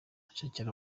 shakira